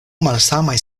malsamaj